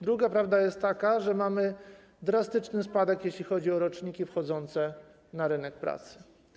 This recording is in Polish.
Druga prawda jest taka, że mamy drastyczny spadek, jeśli chodzi o roczniki wchodzące na rynek pracy.